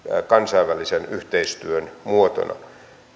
kansainvälisen yhteistyön muotona